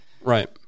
Right